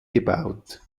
gebaut